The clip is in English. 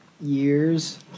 years